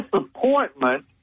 disappointment